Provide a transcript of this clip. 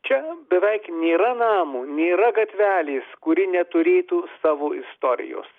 čia beveik nėra namo nėra gatvelės kuri neturėtų savo istorijos